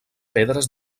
pedres